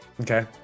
okay